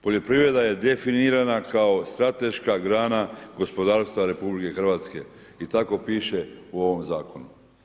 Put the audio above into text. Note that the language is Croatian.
Poljoprivreda je definira kao strateška grana gospodarstva RH i tako piše u ovom zakonu.